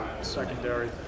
secondary